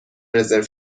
رزرو